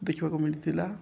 ଦେଖିବାକୁ ମିିଳିଥିଲା